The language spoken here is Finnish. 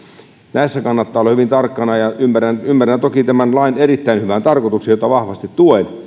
näissä kannattaa olla hyvin tarkkana ymmärrän ymmärrän toki tämän lain erittäin hyvän tarkoituksen jota vahvasti tuen